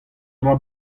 dra